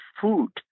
food